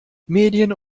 medien